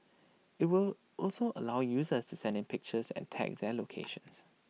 IT would also allow users to send in pictures and tag their locations